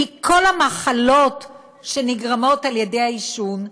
מכל המחלות שנגרמות על ידי העישון,